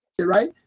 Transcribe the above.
right